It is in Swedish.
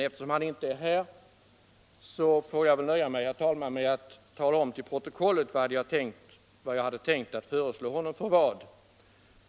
Eftersom han inte är här får jag, herr talman, nöja mig med att till protokollet tala om vad jag hade tänkt föreslå honom för vad.